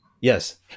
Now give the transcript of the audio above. Yes